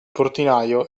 portinaio